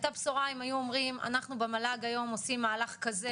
הייתה בשורה אם היו אומרים 'אנחנו במל"ג היום עושים מהלך כזה'